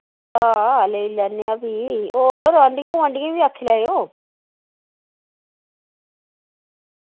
हांआं लेई लैन्ने आं फ्ही और आंढियें गोआंढियें बी आक्खी लैओ